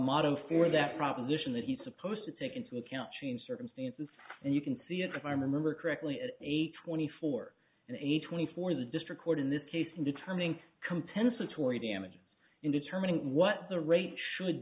motto for that proposition that he's supposed to take into account change circumstances and you can see if i remember correctly is a twenty four and a twenty four the district court in this case in determining compensatory damages in determining what the rate should